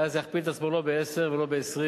ואז זה יכפיל את עצמו לא ב-10 ולא ב-20,